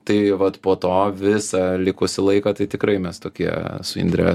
tai vat po to visą likusį laiką tai tikrai mes tokie su indre